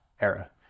era